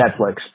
netflix